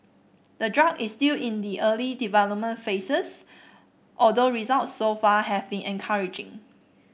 the drug is still in the early development phases although results so far have been encouraging